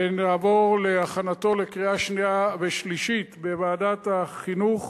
ונעבור להכנתו לקריאה שנייה ושלישית בוועדת החינוך,